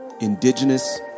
indigenous